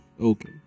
okay